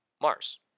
Mars